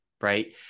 right